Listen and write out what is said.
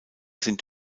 sind